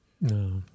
No